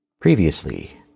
Previously